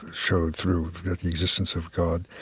showed through the existence of god.